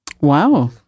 Wow